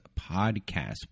podcast